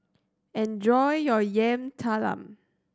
enjoy your Yam Talam